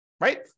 right